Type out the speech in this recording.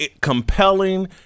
compelling